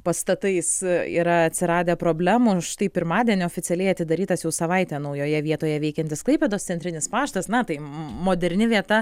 pastatais yra atsiradę problemų ir štai pirmadienį oficialiai atidarytas jau savaitę naujoje vietoje veikiantis klaipėdos centrinis paštas na tai moderni vieta